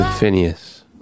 Phineas